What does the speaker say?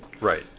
Right